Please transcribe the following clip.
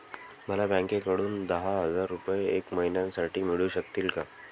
मला बँकेकडून दहा हजार रुपये एक महिन्यांसाठी मिळू शकतील का?